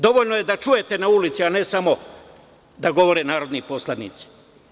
Dovoljno je da čujete na ulici, a ne samo da govore narodni poslanici.